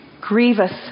grievous